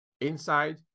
inside